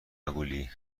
مگولی